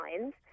lines